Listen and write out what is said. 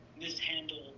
mishandle